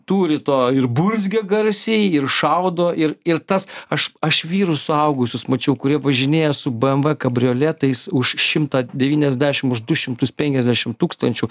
turi to ir burzgia garsiai ir šaudo ir ir tas aš aš vyrus suaugusius mačiau kurie važinėja su bmw kabrioletais už šimtą devyniasdešim už du šimtus penkiasdešim tūkstančių